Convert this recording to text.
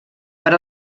per